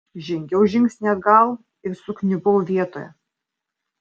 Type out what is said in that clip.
žengiau žingsnį atgal ir sukniubau vietoje